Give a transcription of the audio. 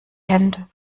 hände